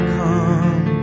come